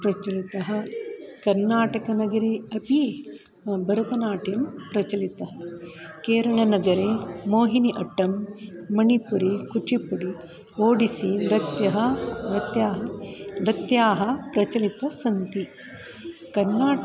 प्रचलितः कर्नाटकनगरे अपि भरतनाट्यं प्रचलितः केरननगरे मोहिनि आट्टं मणिपुरि कुचिपुडि ओडिस्सि नृत्यः नत्याः नृत्याः प्रचलित सन्ति कर्नाटके